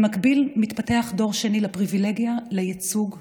במקביל מתפתח דור שני לפריבילגיה, לייצוג ולהון.